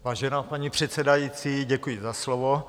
Vážená paní předsedající, děkuji za slovo.